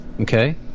okay